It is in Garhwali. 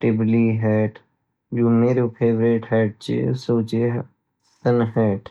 ,टिब्ली हैट ,कैट हैट जु मेरु हैट ची सूचि सुन हैट